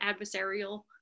adversarial